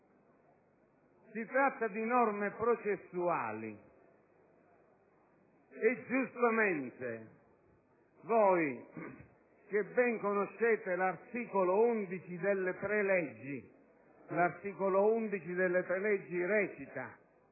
Si tratta di norme processuali e giustamente voi, che ben conoscete l'articolo 11 delle preleggi che